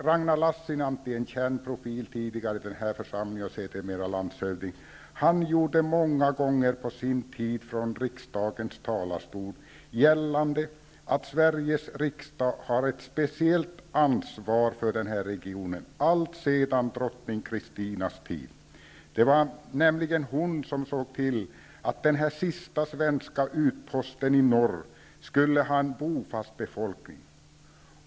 Ragnar Lassinantti, en känd profil tidigare i den här församlingen och sedermera landshövding, gjorde på sin tid många gånger från riksdagens talarstol gällande att Sveriges riksdag har ett speciellt ansvar för den här regionen alltsedan drottning Kristinas tid. Det var nämligen hon som såg till att den här sista svenska utposten i norr hade en bofast befolkning.